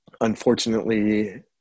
unfortunately